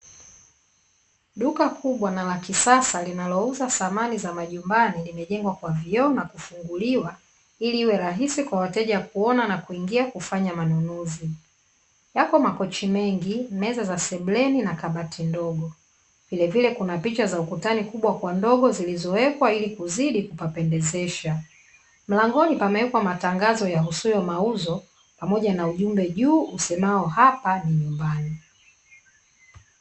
Duka kubwa na la kisasa linalouza samani za majumbani, limejengwa kwa vioo na kufunguliwa ili iwe rahisi kwa wateja kuona na kuingia kufanya manunuzi, yapo makochi mengi, meza za sebuleni na kabati ndogo, vilevile kuna picha za ukutani kubwa kwa ndogo zilizowekwa ili kuzidi kupapendezesha, mlangoni pamewekwa matangazo yahusuyo mauzo pamoja na ujumbe juu usemao 'hapa ni nyumbani'.